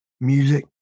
music